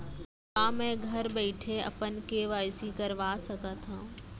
का मैं घर बइठे अपन के.वाई.सी करवा सकत हव?